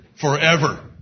forever